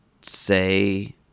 say